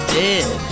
dead